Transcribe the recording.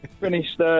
finished